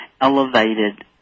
elevated